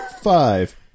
Five